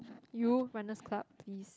you runner's club please